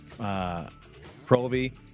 Proby